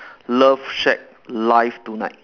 love shack live tonight